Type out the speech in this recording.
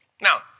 Now